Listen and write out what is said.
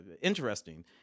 interesting